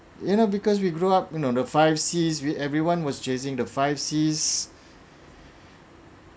you know because we grew up you now the five c's we everyone was chasing the five c's